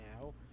now